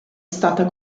stata